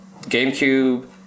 gamecube